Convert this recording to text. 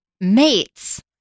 mates